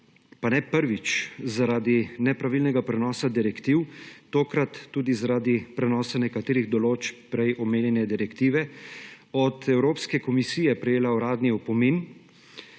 pa ne prvič, zaradi nepravilnega prenosa direktiv, tokrat tudi zaradi prenosa nekaterih določb prej omenjene direktive, od Evropske komisije prejela uradni opomin,